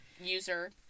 user